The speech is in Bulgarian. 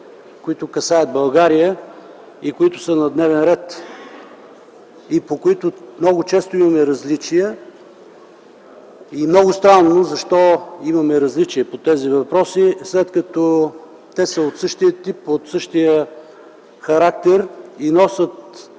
които касаят България и са на дневен ред. По тях много често имаме различия. Много странно защо имаме различия по тези въпроси, след като са от същия тип, от същия характер и носят